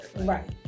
Right